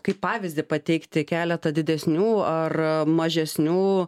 kaip pavyzdį pateikti keletą didesnių ar mažesnių